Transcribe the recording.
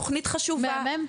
תוכנית חשובה,